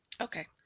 Okay